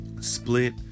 split